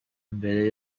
mbere